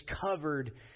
covered